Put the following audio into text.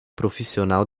profissional